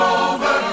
over